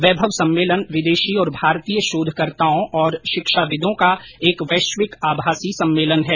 वैभव सम्मेलन विदेशी और भारतीय शोधकर्ताओं और शिक्षाविदों का एक वैश्विक आभासी सम्मेलन है